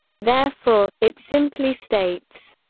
therefore, it simply states,